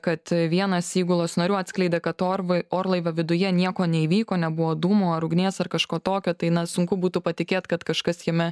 kad vienas įgulos narių atskleidė kad orvai orlaivio viduje nieko neįvyko nebuvo dūmų ar ugnies ar kažko tokio tai na sunku būtų patikėt kad kažkas jame